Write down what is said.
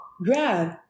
Grab